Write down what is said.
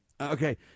Okay